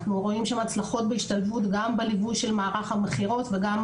אנחנו רואים שם הצלחות בהשתלבות גם בליווי של מערך המכירות וגם